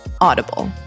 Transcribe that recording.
Audible